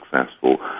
successful